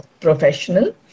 professional